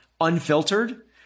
unfiltered